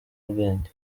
ubwenge